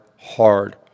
hard